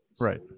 right